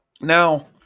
Now